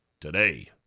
today